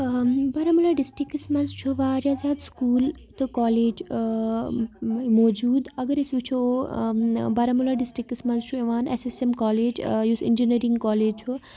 Baramulla districts منٛز چھُ واریاہ زیادٕ سکوٗل تہٕ کالج موجوٗد اگر أسۍ وٕچھو بارہمولہ ڈِسٹرٛکَس منٛز چھُ یِوان ایس ایس ایم کالج یُس اِنجیٖنٔرِنٛگ کالج چھُ